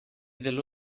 dello